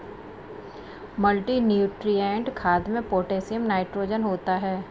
multinutrient खाद में potassium nitrogen होता है